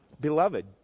Beloved